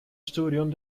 studium